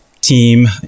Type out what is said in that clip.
team